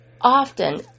Often